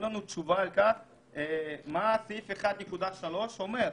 לנו תשובה על השאלה מה סעיף 1.3 אומר?